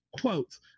quotes